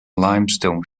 limestone